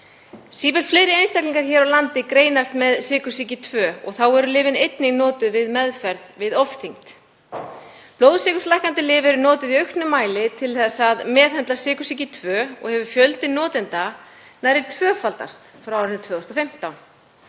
Fleiri einstaklingar hér á landi greinast með sykursýki 2 og þá eru lyfin einnig notuð við meðferð við ofþyngd. Blóðsykurslækkandi lyf eru notuð í auknum mæli til að meðhöndla sykursýki 2 og hefur fjöldi notenda nærri tvöfaldast frá árinu 2015.